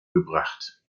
gebracht